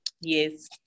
Yes